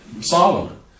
Solomon